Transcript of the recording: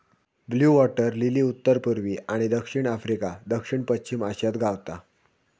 blue water lily उत्तर पुर्वी आणि दक्षिण आफ्रिका, दक्षिण पश्चिम आशियात गावता